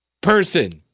person